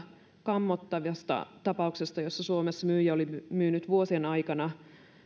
kammottavasta tapauksesta jossa suomessa myyjä oli myynyt vuosien aikana